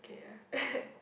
okay yeah